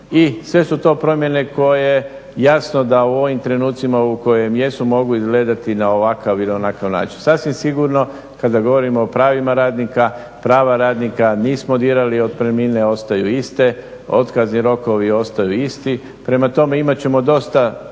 i sve su to promjene koje jasno da u ovim trenucima u kojim jesu mogu izgledati na ovakav ili na onakav način. Sasvim sigurno kada govorimo o pravima radnika, prava radnika nismo dirali, otpremnine ostaju iste, otkazni rokovi ostaju isti. Prema tome, imat ćemo dosta